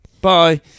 Bye